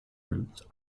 routes